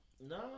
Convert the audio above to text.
No